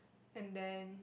and then